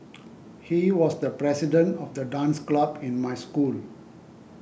he was the president of the dance club in my school